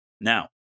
now